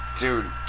dude